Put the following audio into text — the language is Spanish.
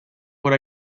por